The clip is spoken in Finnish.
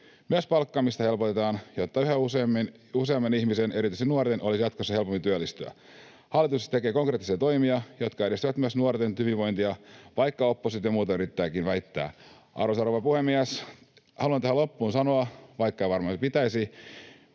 Myös palkkaamista helpotetaan, jotta yhä useamman ihmisen, erityisen nuoren, olisi jatkossa helpompi työllistyä. Hallitus tekee konkreettisia toimia, jotka edistävät myös nuorten hyvinvointia, vaikka oppositio muuta yrittääkin väittää. Arvoisa rouva puhemies! Haluan tähän loppuun sanoa, vaikka ei varmaan pitäisi,